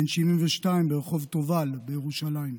בן 72, ברחוב תובל בירושלים.